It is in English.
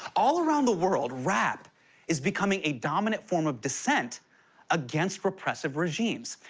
all around the world, rap is becoming a dominant form of dissent against repressive regimes.